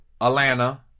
Atlanta